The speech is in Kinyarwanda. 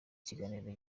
ikiganiro